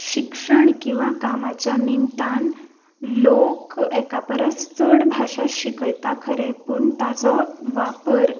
शिक्षण किंवा कामाच्या निमतान लोक एका परस चड भाशा शिकयता खरे पूण ताचो वापर